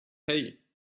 hey